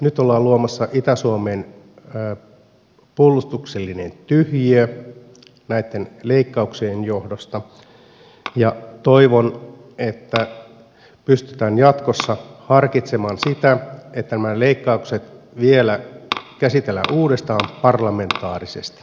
nyt ollaan luomassa itä suomeen puolustuksellinen tyhjiö näitten leikkauksien johdosta ja toivon että pystytään jatkossa harkitsemaan sitä että nämä leikkaukset vielä käsitellään uudestaan parlamentaarisesti